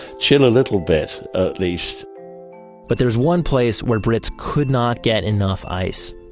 chill a little bit, at least but there's one place where brits could not get enough ice.